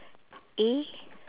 A